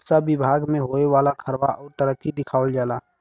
सब बिभाग मे होए वाला खर्वा अउर तरक्की दिखावल जाला